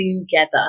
together